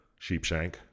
Sheepshank